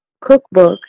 cookbook